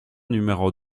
numéro